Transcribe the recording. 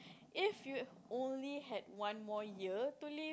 if you only had one more year to live